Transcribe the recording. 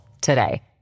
today